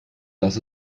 das